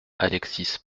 alexis